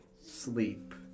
sleep